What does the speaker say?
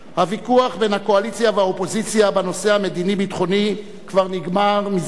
הוויכוח בין הקואליציה והאופוזיציה בנושא המדיני-ביטחוני כבר נגמר מזמן,